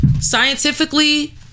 scientifically-